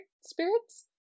spirits